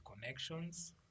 connections